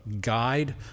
guide